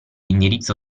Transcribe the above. indirizzo